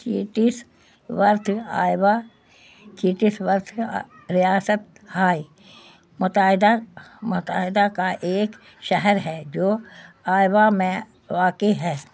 chats worth Iowa Chatsworth ریاست ہائے متحدہ متحدہ کا ایک شہر ہے جو آئیوا میں واقع ہے